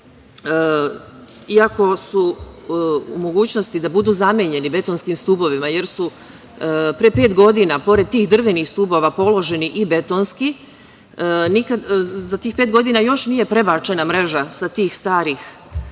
iako su u mogućnosti da budu zamenjeni betonskim stubovima, jer su pre pet godina, pre drvenih stubova položeni i betonski, nikad za tih pet godina, još nije prebačena mreža sa tih starih